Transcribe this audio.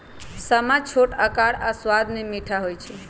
समा छोट अकार आऽ सबाद में मीठ होइ छइ